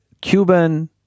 Cuban